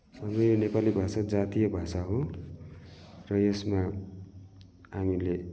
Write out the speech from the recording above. हाम्रो यो नेपाली भाषा जातीय भाषा हो र यसमा हामीले